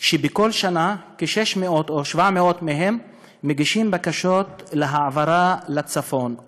שבכל שנה כ-600 או 700 מהם מגישים בקשות העברה לצפון,